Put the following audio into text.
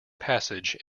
passage